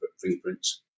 fingerprints